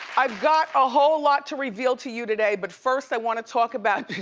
i've got a whole lot to reveal to you today but first i wanna talk about